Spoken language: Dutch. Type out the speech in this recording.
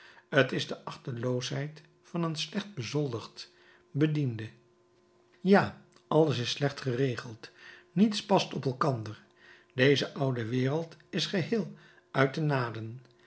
t is de achteloosheid van een slecht bezoldigd bediende ja alles is slecht geregeld niets past op elkander deze oude wereld is geheel uit de naden